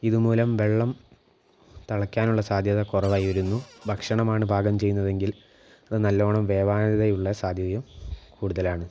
ഇതുമൂലം വെള്ളം തിളയ്ക്കാനുള്ള സാധ്യത കുറവായി വരുന്നു ഭക്ഷണമാണ് പാകം ചെയ്യുന്നതെങ്കിൽ അത് നല്ലവണ്ണം വേകാനുള്ള സാധ്യതയും കൂടുതലാണ്